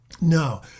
No